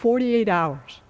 forty eight hours